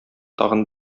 тагын